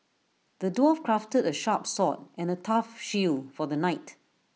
the dwarf crafted A sharp sword and A tough shield for the knight